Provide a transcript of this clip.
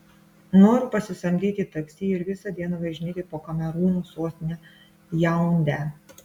noriu pasisamdyti taksi ir visą dieną važinėti po kamerūno sostinę jaundę